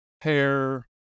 hair